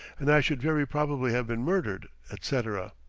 and i should very probably have been murdered etc.